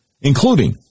including